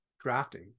drafting